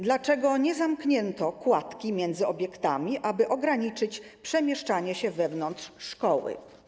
Dlaczego nie zamknięto kładki między obiektami, aby ograniczyć przemieszczanie się wewnątrz szkoły?